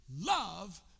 love